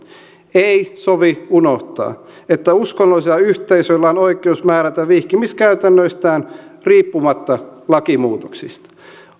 ei sovi unohtaa että uskonnollisilla yhteisöillä on oikeus määrätä vihkimiskäytännöistään riippumatta lakimuutoksista